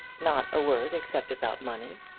not a word except about money!